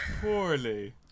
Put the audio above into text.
poorly